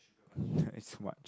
I eat so much